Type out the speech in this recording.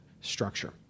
structure